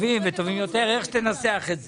טובים וטובים יותר איך שתנסח את זה.